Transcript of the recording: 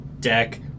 deck